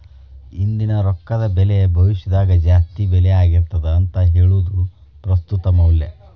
ಇಂದಿನ ರೊಕ್ಕದ ಬೆಲಿ ಭವಿಷ್ಯದಾಗ ಜಾಸ್ತಿ ಬೆಲಿ ಆಗಿರ್ತದ ಅಂತ ಹೇಳುದ ಪ್ರಸ್ತುತ ಮೌಲ್ಯ